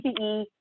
PPE